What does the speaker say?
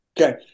Okay